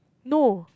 no